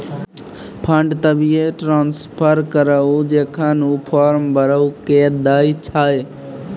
fund तभिये transfer करऽ जेखन ऊ फॉर्म भरऽ के दै छै